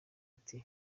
ati